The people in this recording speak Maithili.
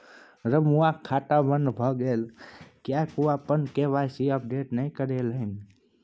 रमुआक खाता बन्द भए गेलै किएक ओ अपन के.वाई.सी अपडेट नहि करेलनि?